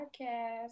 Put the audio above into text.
podcast